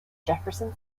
jefferson